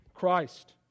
Christ